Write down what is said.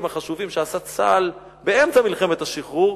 החשובים שעשה צה"ל באמצע מלחמת השחרור,